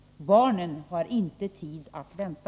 Barnen har inte tid att vänta.